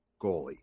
goalie